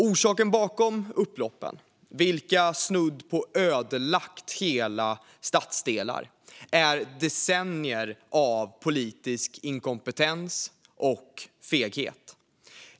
Orsaken bakom upploppen, vilka snudd på ödelagt hela stadsdelar, är decennier av politisk inkompetens och feghet.